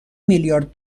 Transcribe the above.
میلیارد